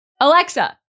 Alexa